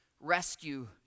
rescue